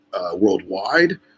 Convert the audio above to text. worldwide